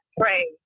pray